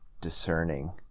discerning